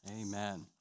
Amen